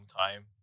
time